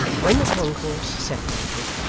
when the concourse separated,